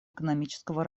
экономического